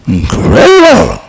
Incredible